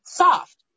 soft